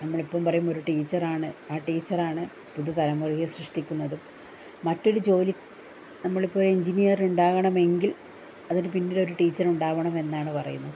നമ്മളിപ്പം പറയുമ്പോൾ ഒരു ടീച്ചറാണ് ആ ടീച്ചറാണ് പുതു തലമുറയെ സൃഷ്ടിക്കുന്നത് മറ്റൊരു ജോലി നമ്മളിപ്പോൾ ഒരു എഞ്ചിനീയർ ഉണ്ടാവണമെങ്കിൽ അതിന് പിന്നിലൊരു ടീച്ചർ ഉണ്ടാവണം എന്നാണ് പറയുന്നത്